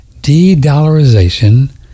de-dollarization